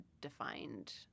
defined